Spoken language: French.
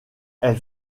elle